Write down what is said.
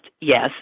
yes